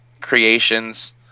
creations